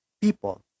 people